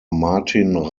martin